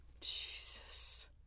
jesus